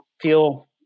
feel